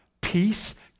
peace